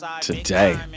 Today